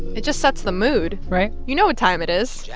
it just sets the mood right? you know what time it is. yeah